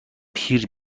پیر